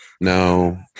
No